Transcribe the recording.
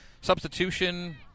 Substitution